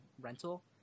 rental